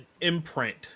imprint